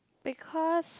because